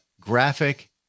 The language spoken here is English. graphic